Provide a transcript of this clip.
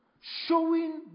Showing